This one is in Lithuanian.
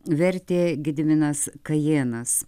vertė gediminas kajėnas